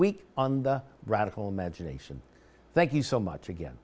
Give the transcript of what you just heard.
week on the radical imagination thank you so much again